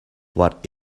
what